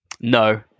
no